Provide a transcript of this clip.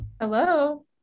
Hello